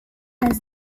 has